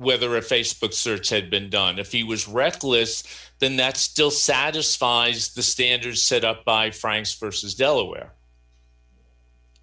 whether a facebook search had been done if he was reckless then that still satisfies the standards set up by franks versus delaware